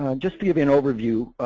ah just to give you an overview,